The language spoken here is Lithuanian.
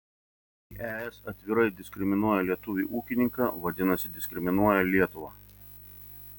jei es atvirai diskriminuoja lietuvį ūkininką vadinasi diskriminuoja lietuvą